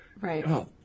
Right